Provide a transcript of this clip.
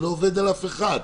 אני לא עובד על אף אחד,